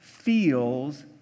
feels